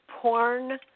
porn